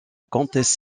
comtesse